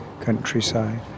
countryside